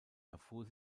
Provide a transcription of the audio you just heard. erfuhr